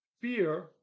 fear